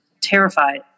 terrified